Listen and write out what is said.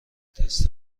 تست